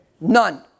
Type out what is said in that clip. None